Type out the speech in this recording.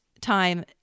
time